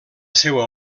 seua